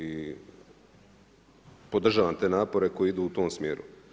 I podržavam te napore koje idu u tom smjeru.